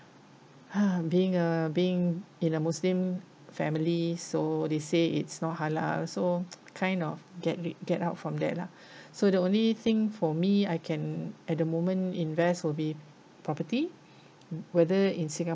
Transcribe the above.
uh being uh being in a muslim family so they say it's not halal so kind of get rid get out from there lah so the only thing for me I can at the moment invest will be property whether in singapore